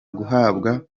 guhabwa